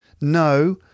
No